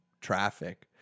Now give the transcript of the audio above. traffic